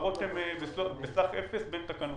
ההעברות הן בסך 0 בין תקנות.